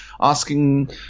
asking